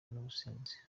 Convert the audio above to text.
n’ubusinzi